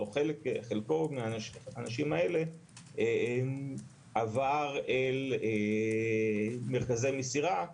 או חלק מהאנשים האלה עבר אל מרכזי מסירה,